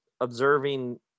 observing